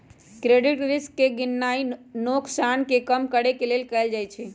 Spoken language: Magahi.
क्रेडिट रिस्क के गीणनाइ नोकसान के कम करेके लेल कएल जाइ छइ